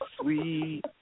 sweet